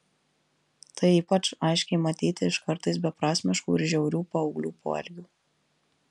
tai ypač aiškiai matyti iš kartais beprasmiškų ir žiaurių paauglių poelgių